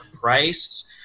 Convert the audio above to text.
price